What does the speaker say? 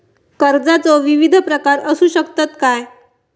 कर्जाचो विविध प्रकार असु शकतत काय?